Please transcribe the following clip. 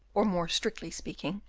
or, more strictly speaking,